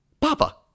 Papa